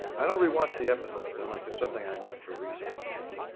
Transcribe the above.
i don't rewatch the episodes unless there's something i need for research or something.